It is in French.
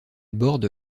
borde